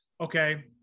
okay